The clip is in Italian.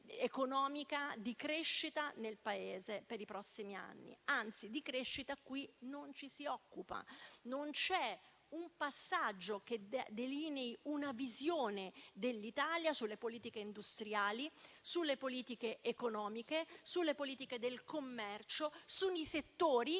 di crescita nel Paese per i prossimi anni. Anzi, di crescita qui non ci si occupa. Non c'è un passaggio che delinei una visione dell'Italia sulle politiche industriali, sulle politiche economiche, sulle politiche del commercio. Sono i settori